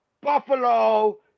Buffalo